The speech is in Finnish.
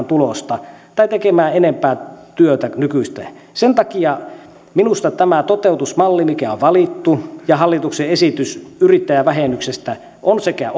tulosta tai tekemään nykyistä enempää työtä sen takia minusta tämä toteutusmalli mikä on valittu ja hallituksen esitys yrittäjävähennyksestä ovat sekä